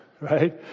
right